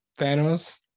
Thanos